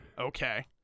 Okay